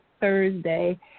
Thursday